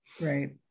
Right